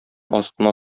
астына